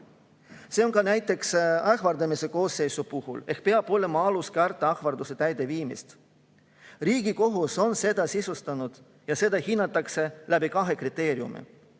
kardan." Ka näiteks ähvardamise [kuriteo]koosseisu puhul peab olema alust karta ähvarduse täideviimist. Riigikohus on seda sisustanud ja seda hinnatakse läbi kahe kriteeriumi: